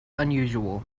unusual